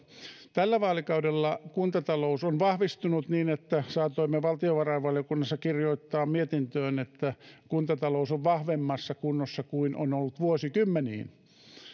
tällä vaalikaudella kuntatalous on vahvistunut niin että saatoimme valtiovarainvaliokunnassa kirjoittaa mietintöön että kuntatalous on vahvemmassa kunnossa kuin on ollut vuosikymmeniin